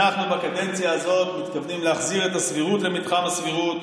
בקדנציה הזאת אנחנו מתכוונים להחזיר את הסבירות למתחם הסבירות,